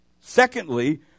Secondly